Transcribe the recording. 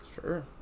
Sure